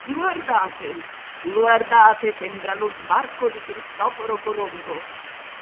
guardate guardate sembra lo sbarco di cristoforo colombo